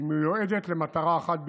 היא מיועדת למטרה אחת בלבד,